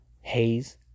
Haze